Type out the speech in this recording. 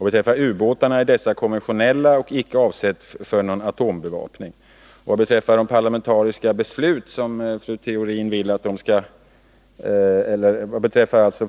Beträffande ubåtarna till Indien gäller att de är konventionella och inte avsedda för atombeväpning.